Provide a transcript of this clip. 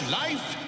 life